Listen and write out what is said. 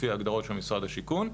לפי הגדרות משרד השיכון,